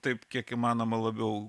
taip kiek įmanoma labiau